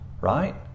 right